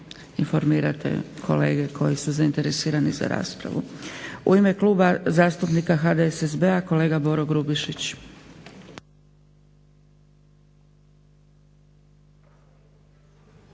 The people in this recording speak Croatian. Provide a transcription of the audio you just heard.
informirate kolege koji su zainteresirani za raspravu. U ime kluba zastupnika HDSSB-a kolega Boro Grubišić.